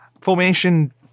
Formation